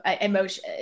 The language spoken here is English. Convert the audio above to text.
emotion